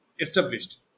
established